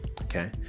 okay